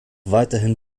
weiterhin